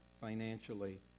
financially